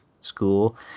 school